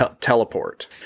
teleport